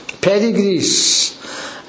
pedigrees